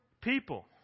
people